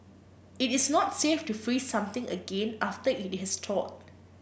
it is not safe to freeze something again after it has thawed